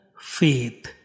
faith